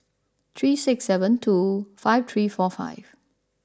three six seven two five three four five